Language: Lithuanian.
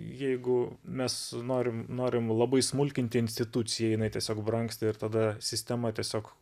jeigu mes norim norim labai smulkinti instituciją jinai tiesiog brangsta ir tada sistema tiesiog